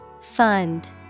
Fund